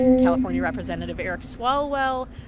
california representative eric swalwell,